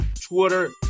Twitter